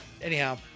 Anyhow